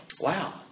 Wow